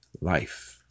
life